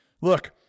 Look